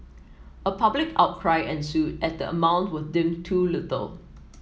a public outcry ensued as the amount was deemed too little